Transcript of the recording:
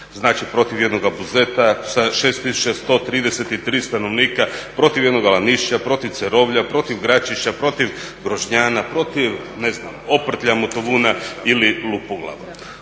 znači protiv jednoga Buzeta sa 6.133 stanovnika, protiv jednoga Lanišća, protiv Cerovlja, protiv Gračišća, protiv Grokžnjana, protiv Oprtlja, Motovuna ili LUpoglave.